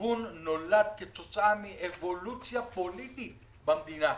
הארגון נולד כתוצאה מאבולוציה פוליטית במדינה,